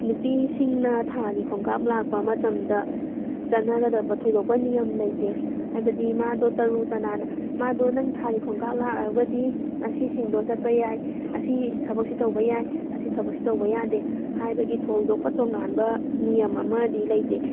ꯅꯨꯄꯤꯁꯤꯡꯅ ꯊꯥꯒꯤ ꯈꯣꯡꯀꯥꯞ ꯂꯥꯛꯄ ꯃꯇꯝꯗ ꯆꯠꯅꯒꯗꯕ ꯊꯣꯏꯗꯣꯛꯄ ꯅꯤꯌꯣꯝ ꯂꯩꯇꯦ ꯍꯥꯏꯕꯗꯤ ꯃꯥꯗꯣ ꯇꯔꯨ ꯇꯅꯥꯟꯅ ꯃꯥꯗꯣ ꯅꯪ ꯊꯥꯒꯤ ꯈꯣꯡꯀꯥꯞ ꯂꯥꯛꯑꯒꯗꯤ ꯑꯁꯤꯁꯤꯡꯗꯣ ꯆꯠꯄ ꯌꯥꯏ ꯑꯁꯤ ꯊꯕꯛꯁꯦ ꯇꯧꯕ ꯌꯥꯏ ꯑꯁꯤ ꯊꯕꯛꯁꯦ ꯇꯧꯕ ꯌꯥꯗꯦ ꯍꯥꯏꯕꯒꯤ ꯊꯣꯏꯗꯣꯛꯄ ꯇꯣꯉꯥꯟꯕ ꯅꯤꯌꯣꯝ ꯑꯃꯗꯤ ꯂꯩꯇꯦ